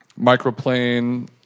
microplane